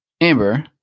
Amber